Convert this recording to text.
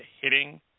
hitting